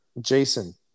Jason